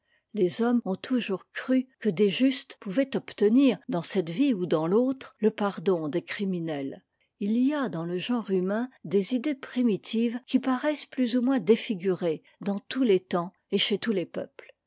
les hommes ont toujours cru que des justes pouvaient obtenir dans cette vie ou dans l'autre le pardon des criminels h y a dans le genre humain des idées primitives qui paraissent plus ou moins défigurées dans tous les temps et chez tous les peuples